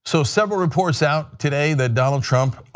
so several reports out today that donald trump